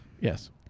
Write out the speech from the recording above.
Yes